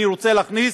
אני רוצה להכניס,